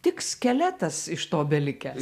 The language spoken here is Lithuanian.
tik skeletas iš to belikęs